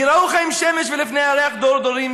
ייראוך עם שמש, ולפני ירח דור דורים.